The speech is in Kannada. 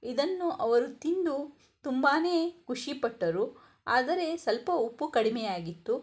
ಇದನ್ನು ಅವರು ತಿಂದು ತುಂಬಾ ಖುಷಿಪಟ್ಟರು ಆದರೆ ಸ್ವಲ್ಪ ಉಪ್ಪು ಕಡಿಮೆಯಾಗಿತ್ತು